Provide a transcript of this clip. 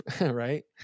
right